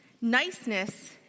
Niceness